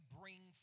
bring